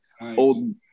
old